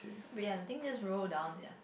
but ya the thing just roll down sia